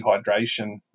dehydration